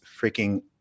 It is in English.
freaking